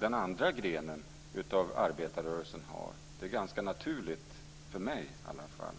den andra grenen av arbetarrörelsen har. Det är ganska naturligt för mig i alla fall.